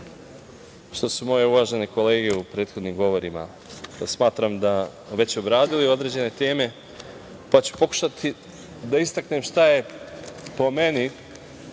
što su moje uvažene kolege u prethodnim govorima već obradili određene teme, pa ću pokušati da istaknem šta je po meni